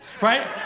right